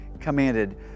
commanded